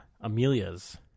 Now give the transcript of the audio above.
Amelia's